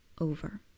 over